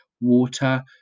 Water